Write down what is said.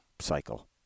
cycle